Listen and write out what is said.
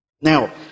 Now